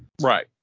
Right